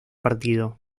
partido